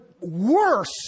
worse